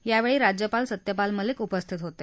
यावेळी राज्यपाल सत्यपाल मलिक उपस्थित होते